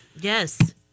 Yes